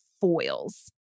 foils